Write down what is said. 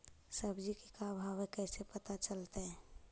सब्जी के का भाव है कैसे पता चलतै?